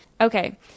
okay